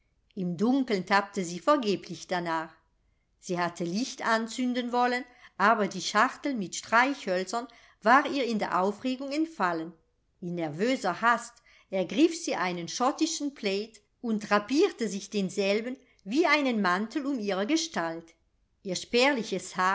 im dunkeln tappte sie vergeblich darnach sie hatte licht anzünden wollen aber die schachtel mit streichhölzern war ihr in der aufregung entfallen in nervöser hast ergriff sie einen schottischen plaid und drapierte sich denselben wie einen mantel um ihre gestalt ihr spärliches